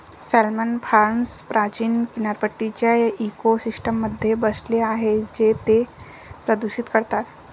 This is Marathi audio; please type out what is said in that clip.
सॅल्मन फार्म्स प्राचीन किनारपट्टीच्या इकोसिस्टममध्ये बसले आहेत जे ते प्रदूषित करतात